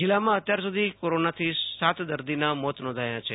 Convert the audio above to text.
જિલ્લામાં અત્યાર સુધી કોરોનાથી સાત દર્દીના મોત નોંધાયાં છે